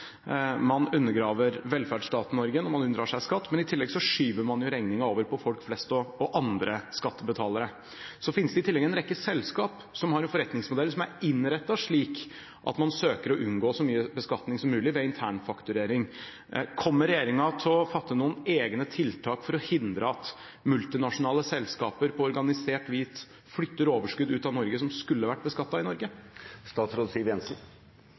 Man undergraver velferdsstaten Norge når man unndrar seg skatt, men i tillegg skyver man regningen over på folk flest og andre skattebetalere. Så finnes det i tillegg en rekke selskaper som har en forretningsmodell som er innrettet slik at man søker å unngå så mye beskatning som mulig ved internfakturering. Kommer regjeringen til å fatte noen egne tiltak for å hindre at multinasjonale selskaper på organisert vis flytter overskudd som skulle ha vært beskattet i Norge, ut av Norge?